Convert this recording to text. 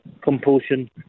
compulsion